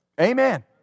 Amen